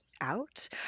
out